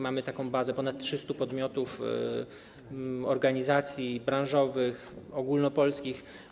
Mamy taką bazę ponad 300 podmiotów, organizacji branżowych, ogólnopolskich.